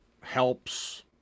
helps